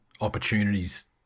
opportunities